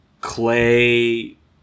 clay